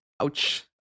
Ouch